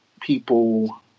people